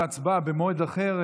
הצבעה במועד אחר,